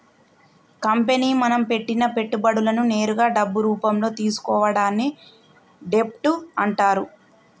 company మనం పెట్టిన పెట్టుబడులను నేరుగా డబ్బు రూపంలో తీసుకోవడాన్ని డెబ్ట్ అంటరు